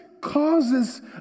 causes